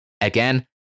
Again